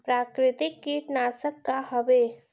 प्राकृतिक कीटनाशक का हवे?